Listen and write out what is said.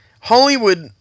Hollywood